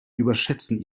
überschätzen